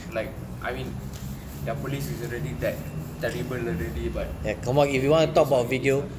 like I mean their police is already that terrible already but it is what it is ah